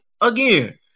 again